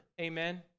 amen